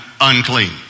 unclean